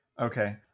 Okay